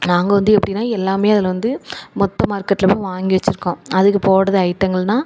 நாங்கள் வந்து எப்படினா எல்லாமே அதில் வந்து மொத்த மார்க்கெட்டில் போய் வாங்கி வச்சுருக்கோம் அதுக்கு போடுறது ஐட்டங்கள்னா